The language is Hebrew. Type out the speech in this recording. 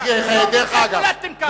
לא נולדתם כאן,